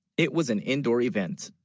it was an indoor event